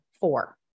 four